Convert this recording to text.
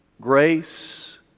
grace